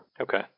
Okay